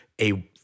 a-